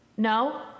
No